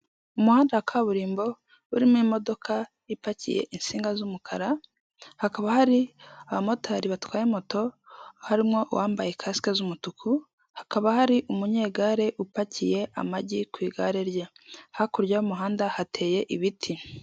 Umuhanda wa kaburimbo urimo imodoka ipakiye insinga z'umukara, hakaba hari abamotari batwaye moto harimo uwambaye kasike z'umutuku, hakaba hari umunyegare upakiye amagi ku igare rye, hakurya y'umuhanda hateye ibiti.